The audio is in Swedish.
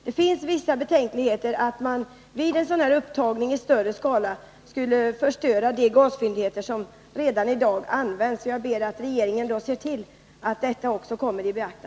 Det finns en viss risk för att man vid upptagning i stor skala skulle förstöra de gasfyndigheter som redan i dag används. Jag ber att regeringen beaktar även detta.